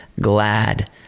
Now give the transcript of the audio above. glad